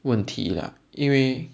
问题 lah 因为